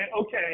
okay